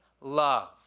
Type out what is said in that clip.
love